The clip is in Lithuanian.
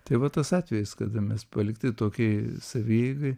tai va tas atvejis kada mes palikti tokiai savieigai